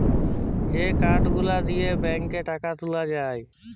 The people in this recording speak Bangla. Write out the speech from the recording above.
যেই কার্ড গুলা দিয়ে ব্যাংকে টাকা তুলে যায়